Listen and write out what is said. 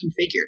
configured